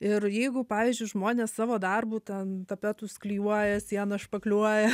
ir jeigu pavyzdžiui žmonės savo darbu ten tapetus klijuoja sieną špakliuoja